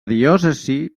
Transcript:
diòcesi